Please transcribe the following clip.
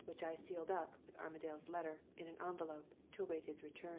which i sealed up, with armadale's letter, in an envelope, to await his return.